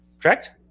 correct